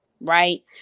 Right